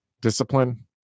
discipline